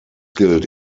gilt